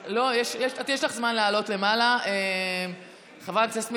לא, יש לך זמן לעלות למעלה, חברת הכנסת מיכאלי,